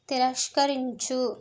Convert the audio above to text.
తిరస్కరించు